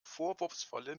vorwurfsvolle